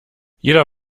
jeder